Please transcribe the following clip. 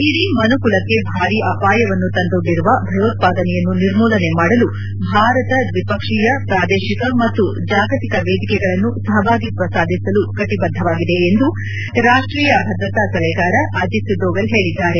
ಇಡೀ ಮನುಕುಲಕ್ನೆ ಭಾರಿ ಅಪಾಯವನ್ನು ತಂದೊಡ್ಡಿರುವ ಭಯೋತ್ಸಾದನೆಯನ್ನು ನಿರ್ಮೂಲನೆ ಮಾಡಲು ಭಾರತ ದ್ವಿಪಕ್ಷೀಯ ಪ್ರಾದೇಶಿಕ ಮತ್ತು ಜಾಗತಿಕ ವೇದಿಕೆಗಳನ್ನು ಸಹಭಾಗಿತ್ಸ ಸಾಧಿಸಲು ಕಟೆಬದ್ದವಾಗಿದೆ ಎಂದು ರಾಷ್ಟೀಯ ಭದ್ರತಾ ಸಲಹೆಗಾರ ಅಜಿತ್ ದೋವಲ್ ಹೇಳಿದ್ದಾರೆ